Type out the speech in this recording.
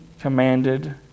commanded